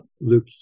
Luke